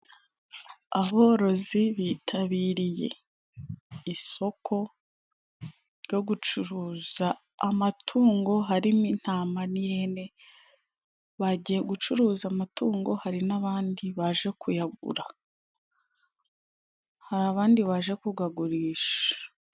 Aborozi bitabiriye isoko ryo gucuruza amatungo harimo intama n'ihene, bagiye gucuruza amatungo hari n'abandi baje kuyagura, hari abandi baje kugagurisha.